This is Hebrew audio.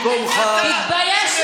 אתה לא שמעת על בית המשפט?